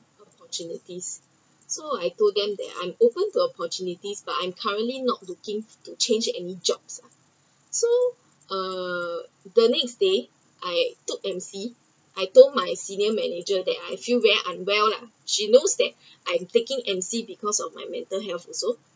opportunities so I told them that I’m open to opportunity but I’m currently not looking to change any jobs lah so uh the next day I took MC I told my senior manager that I feel very unwell lah she knows that I’m taking MC because of my mental health also